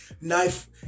knife